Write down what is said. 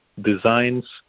designs